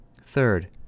Third